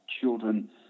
children